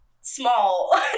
small